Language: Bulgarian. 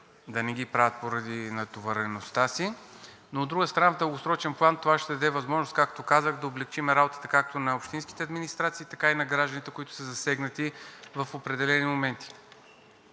да не ги правят поради натовареността си, но от друга страна, в дългосрочен план това ще даде възможност, както казах, да облекчим работата както на общинските администрации, така и на гражданите, които са засегнати в определени моменти.